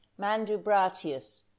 Mandubratius